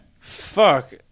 Fuck